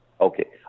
Okay